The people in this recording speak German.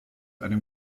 einem